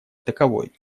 таковой